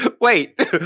wait